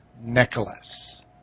Nicholas